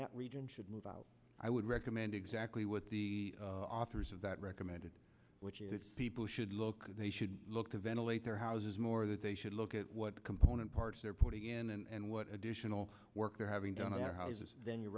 that region should move out i would recommend exactly what the authors of that recommended which is that people should look they should look to ventilate their houses more that they should look at what the component parts they're putting in and what additional work they're having done on their houses then your